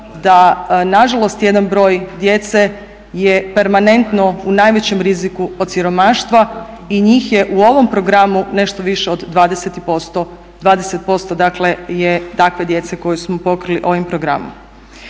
da nažalost jedan broj djece je permanentno u najvećem riziku od siromaštva i njih je u ovom programu nešto više od 20%. 20% dakle je takve djece koju smo pokrili ovim programom.